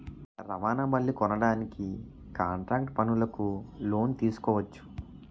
రవాణా బళ్లనుకొనడానికి కాంట్రాక్టు పనులకు లోను తీసుకోవచ్చు